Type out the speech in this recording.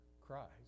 Christ